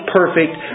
perfect